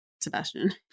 Sebastian